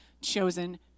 chosen